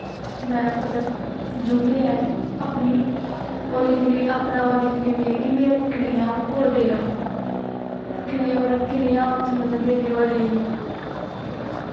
मतलब जो बी ऐ अपनी ओह् अपना लिखनी होनी आं कि मेरा कनेहा ओह् डे हा कनेहा मतलब कनेहा उ'त्थें मेरी ओह् रेही